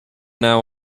now